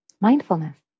mindfulness